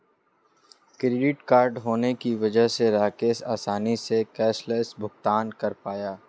credit card होने की वजह से राकेश आसानी से कैशलैस भुगतान कर पाया